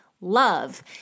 love